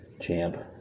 champ